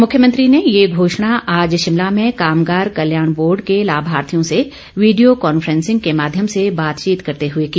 मुख्यमंत्री ने ये घोषणा आज शिमला में कामगार कल्याण बोर्ड के लाभार्थियों से वीडियो कॉन्फ्रेंसिंग के माध्यम से बातचीत करते हुए की